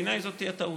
בעיניי זו תהיה טעות,